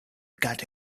got